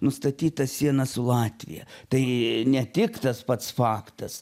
nustatyta siena su latvija tai ne tik tas pats faktas